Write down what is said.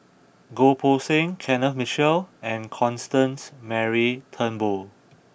Goh Poh Seng Kenneth Mitchell and Constance Mary Turnbull